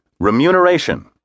Remuneration